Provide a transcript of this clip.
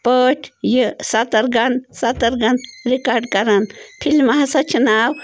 پٲٹھۍ یہِ سترگن سَترگن ریکارڈ کَران فلمہِ ہَسا چھُ ناو